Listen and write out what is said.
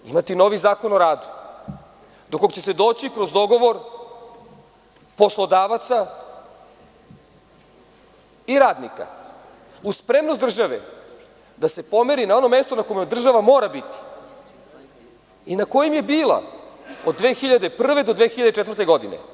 Da li ćemo imati novi Zakon o radu, do kog će se doći kroz dogovor poslodavaca i radnika, uz spremnost države da se pomeri na ono mesto na kome država mora biti i na kojem je bila od 2001. do 2004. godine.